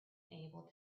able